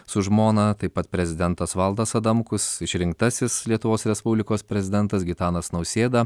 su žmona taip pat prezidentas valdas adamkus išrinktasis lietuvos respublikos prezidentas gitanas nausėda